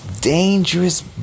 dangerous